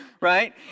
right